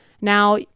Now